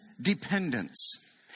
dependence